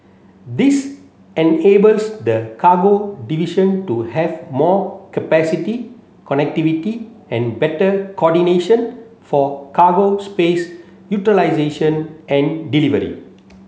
this enables the cargo division to have more capacity connectivity and better coordination for cargo space utilisation and delivery